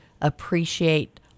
appreciate